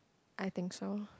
I think so